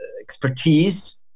expertise